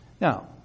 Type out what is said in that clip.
Now